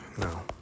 no